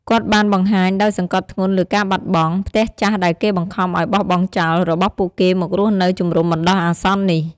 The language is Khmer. គាត់បានបង្ហាញដោយសង្កត់ធ្ងន់លើការបាត់បង់ "ផ្ទះចាស់ដែលគេបង្ខំឲ្យបោះបង់ចោល" របស់ពួកគេមករស់នៅជំរុំបណ្តោះអាសន្ននេះ។